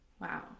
Wow